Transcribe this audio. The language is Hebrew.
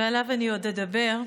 ועליו אני עוד אדבר,